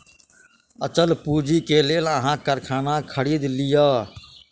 अचल पूंजी के लेल अहाँ कारखाना खरीद लिअ